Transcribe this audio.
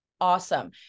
awesome